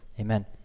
Amen